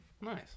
Nice